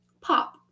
pop